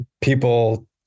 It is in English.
people